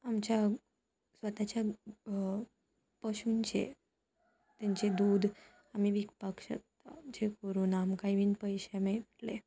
आमच्या स्वताच्या पशूंचे तेंचे दूद आमी विकपाक शकता जे करून आमकांय बीन पयशे मेयटले